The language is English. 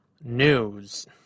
news